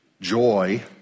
joy